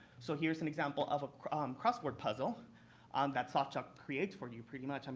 so here's an example of a um crossword puzzle um that softalk creates for you pretty much. and